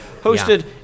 hosted